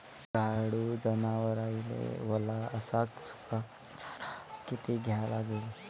दुधाळू जनावराइले वला अस सुका चारा किती द्या लागन?